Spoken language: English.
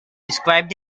described